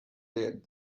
did